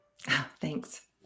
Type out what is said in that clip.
Thanks